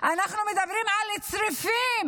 אנחנו מדברים על צריפים.